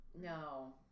No